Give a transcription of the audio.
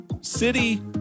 City